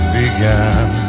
began